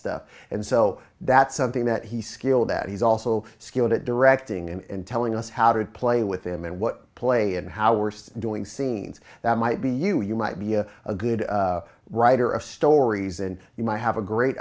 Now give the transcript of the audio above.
stuff and so that's something that he skilled that he's also skilled at directing and telling us how to play with him and what play and how worst doing scenes that might be you you might be a good writer of stories and you might have a great